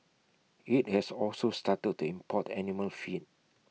IT has also started to import animal feed